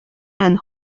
and